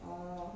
orh